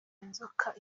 inzoka